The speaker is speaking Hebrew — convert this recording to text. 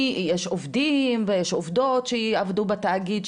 יש עובדים ויש עובדות שיעבדו בתאגיד,